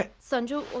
ah sanju!